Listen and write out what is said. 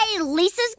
Lisa's